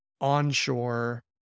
onshore